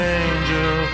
angel